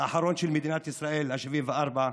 האחרון של מדינת ישראל, ה-74,